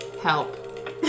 Help